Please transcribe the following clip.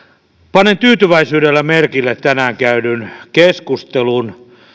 panen tyytyväisyydellä merkille tänään käydyn keskustelun